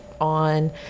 on